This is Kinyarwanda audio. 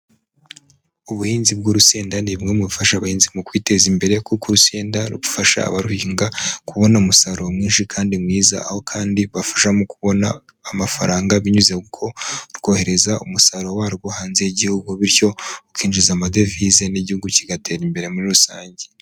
Ubuhinzi bw'urusenda ni bumwe mu bifasha abahinzi mu kwiteza imbere, kuko urusenda rufasha abaruhinga kubona umusaruro mwinshi kandi mwiza, aho kandi bibafasha mu kubona amafaranga binyuze kukohereza umusaruro warwo hanze y'igihugu, bityo ukinjiza amadevize n'igihugu kigatera imbere muri rusange.